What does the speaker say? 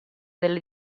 delle